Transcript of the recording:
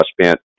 spent